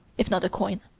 if not a coin.